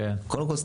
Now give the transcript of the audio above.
קודם כל,